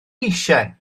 eisiau